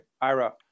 Ira